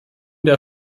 der